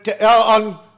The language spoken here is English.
on